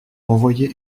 envoyé